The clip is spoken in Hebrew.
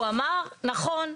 הוא אמר 'נכון,